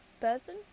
person